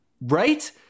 right